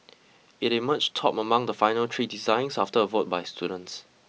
it emerged top among the final three designs after a vote by students